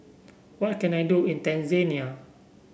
what can I do in Tanzania